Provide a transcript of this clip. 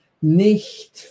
nicht